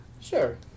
Sure